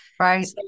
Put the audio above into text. Right